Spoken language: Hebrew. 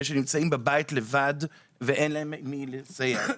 שנמצאים לבד בבית ואין להם במי להסתייע.